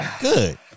good